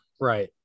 right